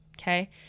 Okay